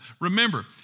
Remember